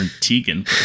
tegan